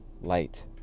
Light